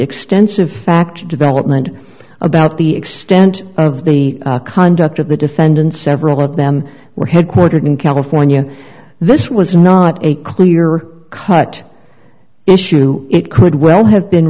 extensive fact development about the extent of the conduct of the defendants several of them were headquartered in california this was not a clear cut issue it could well have been